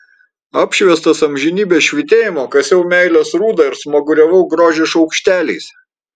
apšviestas amžinybės švytėjimo kasiau meilės rūdą ir smaguriavau grožį šaukšteliais